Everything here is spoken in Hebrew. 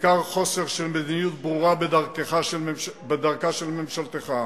ניכר חוסר של מדיניות ברורה בדרכה של ממשלתך.